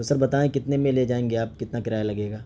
تو سر بتائیں کتنے میں لے جائیں گے آپ کتنا کرایہ لگے گا